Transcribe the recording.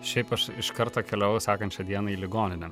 šiaip aš iš karto keliavau sekančią dieną į ligoninę